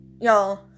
y'all